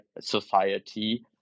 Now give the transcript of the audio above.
society